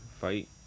fight